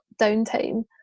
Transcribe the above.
downtime